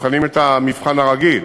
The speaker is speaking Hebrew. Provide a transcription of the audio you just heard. נבחנים במבחן הרגיל.